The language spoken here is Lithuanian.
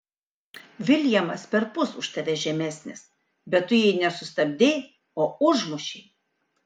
viljamas perpus už tave žemesnis bet tu jį ne sustabdei o užmušei